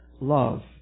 love